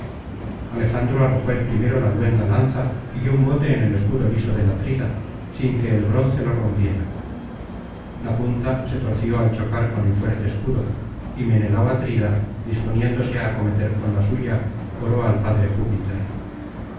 alejandro arrojó el primero la luenga lanza y dio un bote en el escudo liso del atrida sin que el bronce lo rompiera la punta se torció al chocar con el fuerte escudo y menelao atrida disponiéndose á acometer con la suya oró al padre júpiter